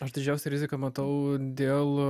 aš didžiausią riziką matau dėl